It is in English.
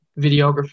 videographer